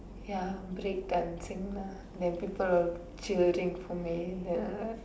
ya break dancing lah then people will cheering for me then I